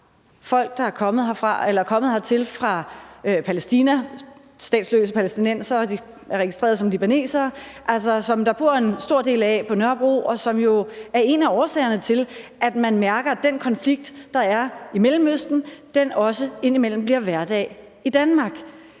folk, der er kommet hertil fra Palæstina – statsløse palæstinensere, som er registreret som libanesere – som der bor en stor del af på Nørrebro, og som jo er en af årsagerne til, at man mærker, at den konflikt, der er i Mellemøsten, også indimellem bliver hverdag i Danmark.